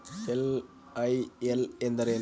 LIL ಎಂದರೇನು?